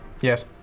Yes